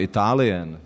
Italian